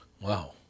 Wow